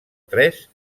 tres